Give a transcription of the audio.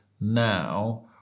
now